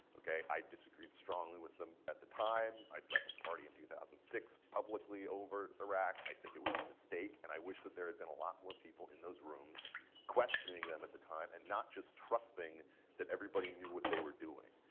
i disagreed strongly with them at the time. i left party in two thousand and six publicly over iraq. i think it was a mistake. and i wish that there had been a lot more people in those rooms questioning them at the time and not just trusting that everybody knew what they were doing.